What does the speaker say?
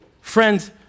Friends